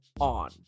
on